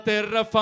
Terra